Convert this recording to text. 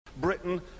Britain